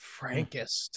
Frankist